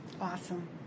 Awesome